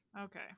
okay